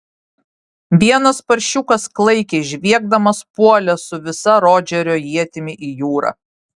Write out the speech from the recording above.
vienas paršiukas klaikiai žviegdamas puolė su visa rodžerio ietimi į jūrą